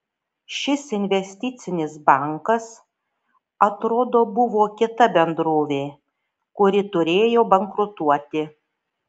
šis investicinis bankas atrodo buvo kita bendrovė kuri turėjo bankrutuoti